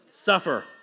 Suffer